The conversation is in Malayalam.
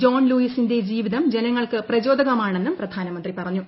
ജോൺ ലൂയിസിന്റെ ജീവിതം ജനങ്ങൾക്ക് പ്രചോദകമാണെന്നും പ്രധാനമന്ത്രി പറഞ്ഞു